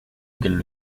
qu’elles